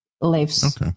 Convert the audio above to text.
lives